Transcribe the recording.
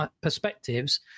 perspectives